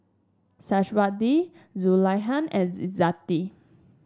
Syazwani Zulaikha and Izzati